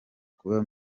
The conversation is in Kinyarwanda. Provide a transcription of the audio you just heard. kuba